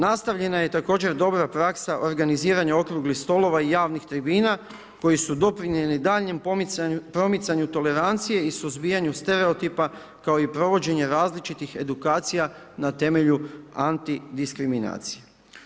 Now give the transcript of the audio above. Nastavljena je također i dobara praksa organiziranja okruglih stolova i javnih tribina koje su doprinijeli daljnjem promicanju tolerancije i suzbijanju stereotipa kao i provođenje različitih edukacija na temelju antidiskriminacije.